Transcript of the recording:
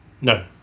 No